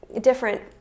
different